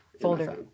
Folder